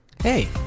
Hey